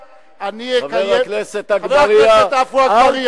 חבר הכנסת אגבאריה, חבר הכנסת עפו אגבאריה.